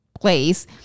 place